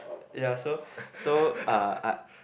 ya so so uh I